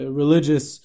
religious